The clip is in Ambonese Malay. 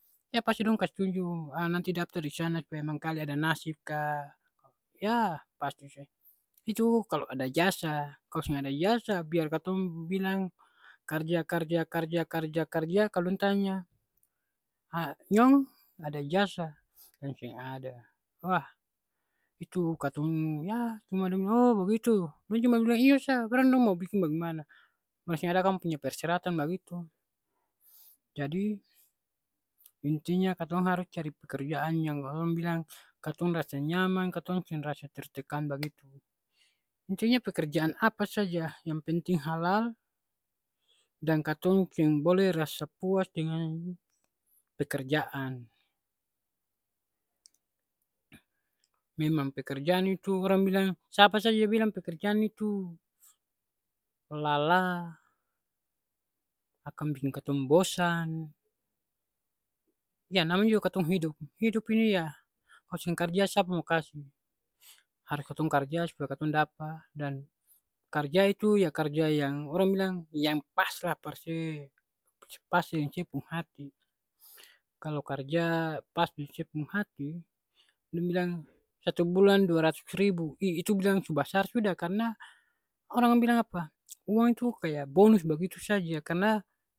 Ya pasti dong kas tunju, a nanti daftar di sana supaya mangkali ada nasib ka. Yah, pasti sa. Itu kalo ada ijazah. Kalo seng ada ijazah, biar katong bilang karja karja karja karja karja kalo dong tanya, ha nyong ada ijazah? Bilang seng ada. Wah itu katong yah cuma dong bilang o bagitu, dong cuma bilang iyo sa. Barang dong mo biking bagemana. Akang punya persyaratan bagitu, jadi intinya katong harus cari pekerjaan yang orang bilang katong rasa nyaman, katong seng rasa tertekan bagitu. Intinya pekerjaan apa saja yang pentning halal dan katong seng boleh rasa puas dengan pekerjaan. Memang pekerjaan itu orang bilang, sapa saja bilang pekerjaan itu lalah, akang biking katong bosan, ya namanya juga katong hidup. Hidup ini ya kalo seng karja sapa mo kasi. Harus katong karja supaya katong dapa dan karja itu ya karja yang orang bilang yang pas lah par se, pas deng se pung hati. Kalo karja pas deng sepung hati, dong bilang satu bulan dua ratus ribu, ih itu bilang su basar sudah karna orang bilang apa, uang itu kaya bonus bagitu saja karna